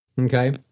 Okay